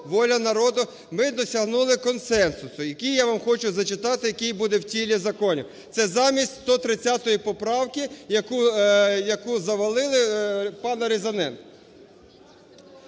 "Воля народу" ми досягнули консенсусу, який я вам хочу зачитати, який буде в тілі закону. Це замість 130 поправки, яку завалили, пана Різаненка.